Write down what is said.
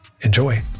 Enjoy